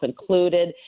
included